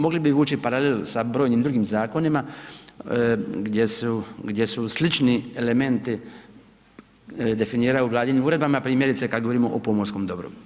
Mogli bi vući paralelu sa brojnim drugim zakonima gdje su, gdje su slični elementi definiraju vladinim uredbama primjerice kad govorimo o pomorskom dobru.